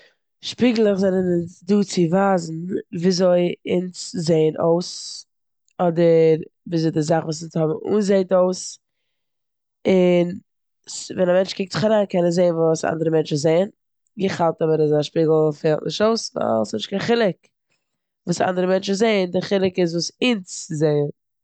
שפיגלעך זענען אונז דא צו ווייזן וויאזוי אונז זעען אויס אדער וויאזוי די זאך וואס אונז האבן אן זעט אויס און ס- ווען א מענטש קוקט זיך אריין קען ער זען וואס אנדערע מענטשן זעען. איך האלט אבער אז א שפיגל פעלט נישט אויס ווייל ס'נישט קיין חילוק וואס אנדערע מענטשן זעען, די חילוק איז וואס אונז זעען.